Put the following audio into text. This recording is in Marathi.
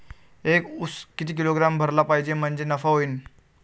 एक उस किती किलोग्रॅम भरला पाहिजे म्हणजे नफा होईन?